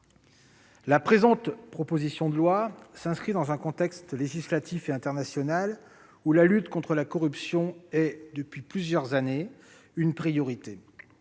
La présente proposition de loi s'inscrit dans un contexte législatif et international où la lutte contre la corruption est, depuis plusieurs années, une priorité.